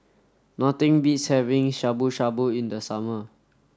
nothing beats having Shabu Shabu in the summer